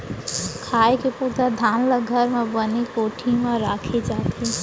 खाए के पुरता धान ल घर म बने कोठी म राखे जाथे